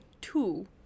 Two